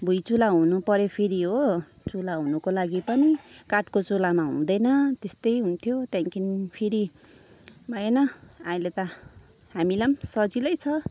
भुइँ चुला हुनुपऱ्यो फेरि हो चुला हुनुको लागि पनि काठको चुलामा हुँदैन त्यस्तै हुन्थ्यो त्यहाँदेखि फेरि भएन अहिले त हामीलाई पनि सजिलै छ